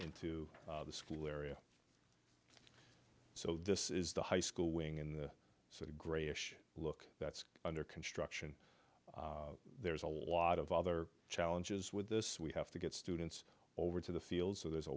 into the school area so this is the high school wing in the so the grayish look that's under construction there's a lot of other challenges with this we have to get students or over to the field so there's a